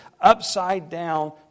upside-down